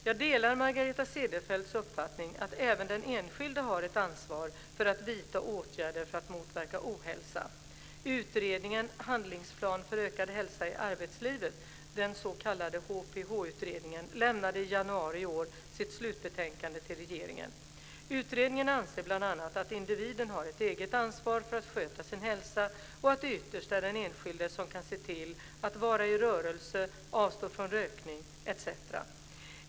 Jag delar Margareta Cederfelts uppfattning att även den enskilde har ett ansvar för att vidta åtgärder för att motverka ohälsa. Utredningen Handlingsplan för ökad hälsa i arbetslivet - den s.k. HpH-utredningen - lämnade i januari i år sitt slutbetänkande till regeringen. Utredningen anser bl.a. att individen har ett eget ansvar för att sköta sin hälsa och att det ytterst är den enskilde som kan se till att vara i rörelse, avstå från rökning etc.